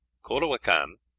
colua-can.